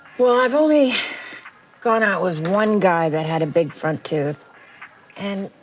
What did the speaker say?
well i've only gone out with one guy that had a big front tooth and